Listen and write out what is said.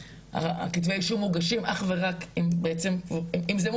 כתבי האישום מוגשים אך ורק אם זה מומש,